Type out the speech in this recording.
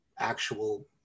actual